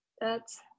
That's-